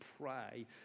pray